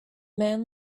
man